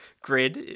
grid